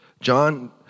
John